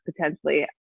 potentially